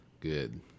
Good